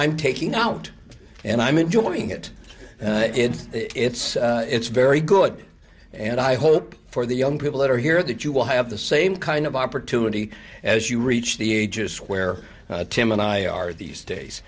i'm taking out and i'm enjoying it it's it's very good and i hope for the young people that are here that you will have the same kind of opportunity as you reach the ages where tim and i are these days